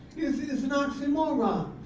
is is an oxymoron.